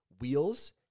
wheels